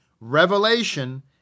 revelation